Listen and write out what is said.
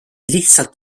lihtsalt